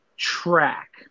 Track